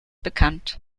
bekannt